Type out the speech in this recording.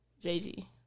Jay-Z